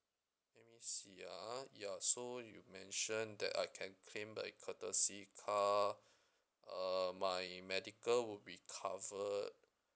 that means ya ya so you mention that I can claim by courtesy car uh my medical will be covered